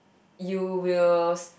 you will